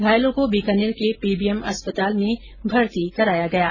घायलों को बीकानेर के पीबीएम अस्पताल में भर्ती कराया गया है